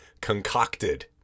concocted